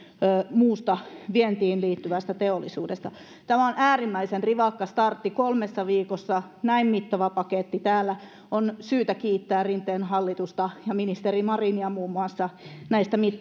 muusta vientiin liittyvästä teollisuudesta tämä on äärimmäisen rivakka startti kolmessa viikossa näin mittava paketti täällä on syytä kiittää rinteen hallitusta ja ministeri marinia muun muassa näistä